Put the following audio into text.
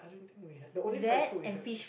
i don't think we have the only fried food we have